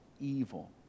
evil